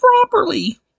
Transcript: properly